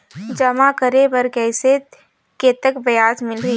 जमा करे बर कइसे कतेक ब्याज मिलही?